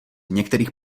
některých